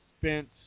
spent